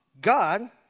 God